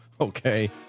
okay